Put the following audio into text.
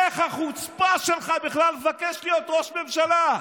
איך החוצפה שלך בכלל לבקש להיות ראש ממשלה?